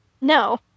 No